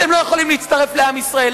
אתם לא יכולים להצטרף לעם ישראל.